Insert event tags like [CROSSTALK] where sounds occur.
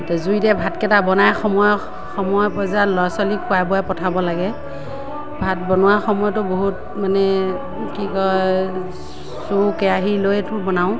জুইতে ভাতকেইটা বনাই সময়ত [UNINTELLIGIBLE] ল'ৰা ছোৱালীক খোৱাই পঠিয়াব লাগে ভাত বনোৱা সময়তো বহুত মানে কি কয় চৰু কেৰাহী লৈয়েতো বনাও